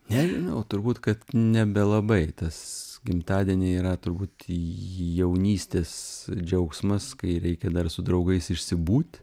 nežinau turbūt kad nebelabai tas gimtadieniai yra turbūt į jaunystės džiaugsmas kai reikia dar su draugais išsibūt